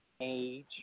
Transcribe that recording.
age